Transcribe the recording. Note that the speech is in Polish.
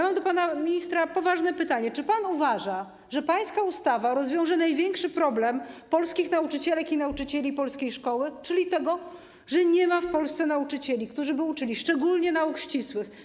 Mam do ministra poważne pytanie: Czy pan uważa, że państwa ustawa rozwiąże największy problem dotyczący polskich nauczycielek i nauczycieli, polskiej szkoły, jeżeli chodzi o to, że nie ma w Polsce nauczycieli, którzy by uczyli, szczególnie nauk ścisłych?